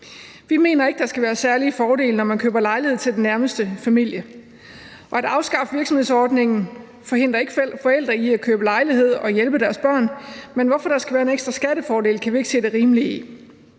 Vi mener ikke, at der skal være særlige fordele, når man køber en lejlighed til den nærmeste familie, og at afskaffe virksomhedsordningen forhindrer ikke forældre i at købe en lejlighed og hjælpe deres børn, men at der skal være en ekstra skattefordel, kan vi ikke se det rimelige i.